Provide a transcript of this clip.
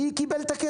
אז מי קיבל את הכסף?